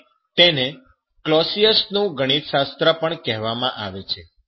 અને તેને ક્લોસિયસનું ઉષ્માગતિશાસ્ત્ર પણ કહેવામાં આવે છે